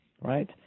right